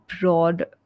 broad